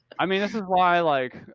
i mean, this is why like,